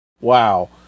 Wow